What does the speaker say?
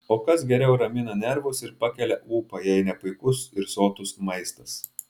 o kas geriau ramina nervus ir pakelia ūpą jei ne puikus ir sotus maistas